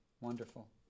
Wonderful